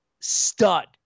stud